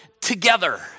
together